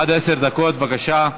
עד עשר דקות, בבקשה.